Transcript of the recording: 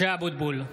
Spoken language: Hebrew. משה אבוטבול,